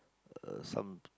uh some